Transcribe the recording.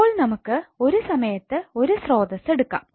അപ്പോൾ നമുക്ക് ഒരു സമയത്ത് ഒരു സ്രോതസ്സ് എടുക്കാം